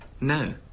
No